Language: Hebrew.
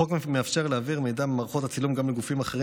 החוק מאפשר להעביר מידע ממערכות הצילום גם לגופים אחרים